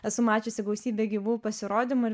esu mačiusi gausybę gyvų pasirodymų ir